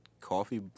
coffee